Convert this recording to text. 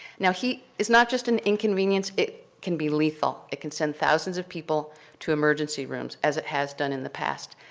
now, heat is not just an inconvenience, it can be lethal. it can send thousands of people to emergency rooms as it has done in the past.